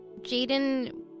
Jaden